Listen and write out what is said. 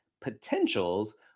potentials